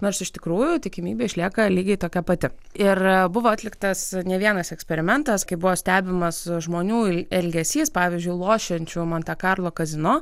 nors iš tikrųjų tikimybė išlieka lygiai tokia pati ir buvo atliktas ne vienas eksperimentas kai buvo stebimas žmonių elgesys pavyzdžiui lošiančių monte karlo kazino